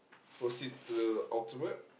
proceed to the ultimate